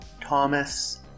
Thomas